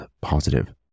positive